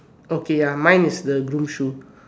okay ah mine is the groom shoe